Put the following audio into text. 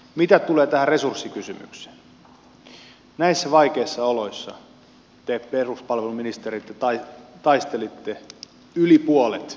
mitä tulee tähän resurssikysymykseen näissä vaikeissa oloissa te peruspalveluministeri taistelitte yli puolet kustannuksista valtiolta